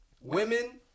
Women